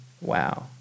wow